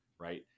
right